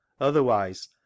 Otherwise